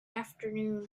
afternoon